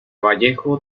vallejo